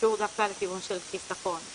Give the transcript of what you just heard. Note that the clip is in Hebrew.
שקשור דווקא לכיוון של חיסכון.